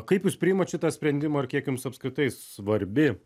kaip jūs priimat šitą sprendimą ar kiek jums apskritai svarbi